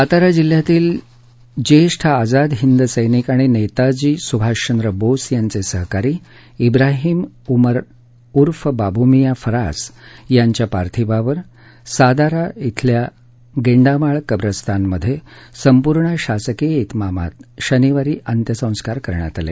सातारा जिल्ह्यातील जेष्ठ आझाद हिंद सैनिक आणि नेताजी सुभाषचंद्र बोस यांचे सहकारी इब्राहिम उमर ऊर्फ बाबूमियाँ फरास यांच्या पार्थिवावर सातारा येथील गेंडामाळ कब्रस्तान मध्ये संपूर्ण शासकीय ईतमामात शनिवारी अंत्यसंस्कार करण्यात आले